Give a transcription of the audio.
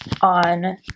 on